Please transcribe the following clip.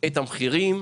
את המחירים,